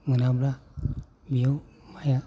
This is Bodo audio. मोनाब्ला बेयाव माइया